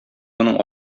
моның